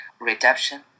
redemption